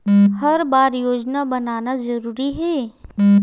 हर बार योजना बनाना जरूरी है?